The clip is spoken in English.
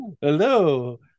hello